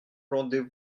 rendez